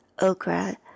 okra